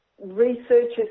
researchers